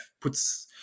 puts